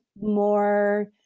more